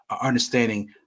understanding